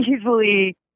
easily